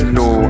no